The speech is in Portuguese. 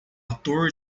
ator